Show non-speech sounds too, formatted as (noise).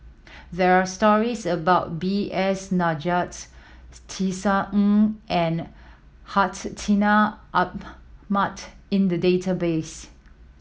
there are stories about B S (unintelligible) Tisa Ng and Hartinah Ahmad in the database